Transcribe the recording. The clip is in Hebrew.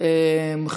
יד.